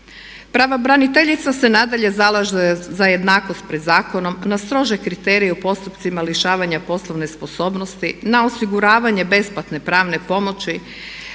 Pravobraniteljica se nadalje zalaže za jednakost pred zakonom, na strože kriterije u postupcima lišavanja poslovne sposobnosti, na osiguravanje besplatne pravne pomoći,